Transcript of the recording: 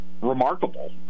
remarkable